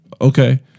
Okay